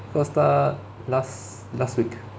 course start last last week